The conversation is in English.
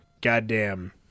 goddamn